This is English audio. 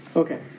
Okay